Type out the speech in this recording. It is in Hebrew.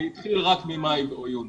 הוא התחיל רק ממאי או יוני.